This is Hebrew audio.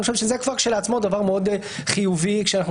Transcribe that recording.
אני חושב שזה כשלעצמו כבר דבר מאוד חיובי כשאנחנו